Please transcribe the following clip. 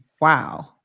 Wow